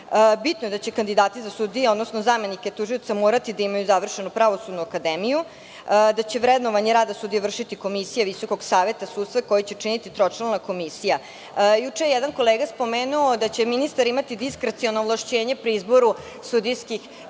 bitno je da će kandidati za sudije, odnosno zamenike tužioca morati da imaju završenu Pravosudnu akademiju, da će vrednovanje rada sudija vršiti komisija Visokog saveta sudstva, koju će činiti tročlana komisija. Juče je jedan kolega spomenuo da će ministar imati diskreciono ovlašćenje pri izboru sudijskih